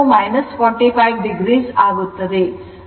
ಕೋನವು 45 o ಆಗುತ್ತದೆ